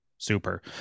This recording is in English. Super